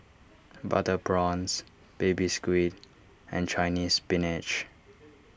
Butter Prawns Baby Squid and Chinese Spinach